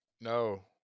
no